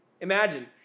Imagine